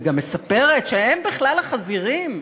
וגם מספרת שהם בכלל החזירים,